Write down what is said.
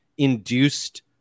induced